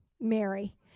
Mary